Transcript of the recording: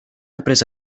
après